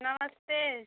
नमस्ते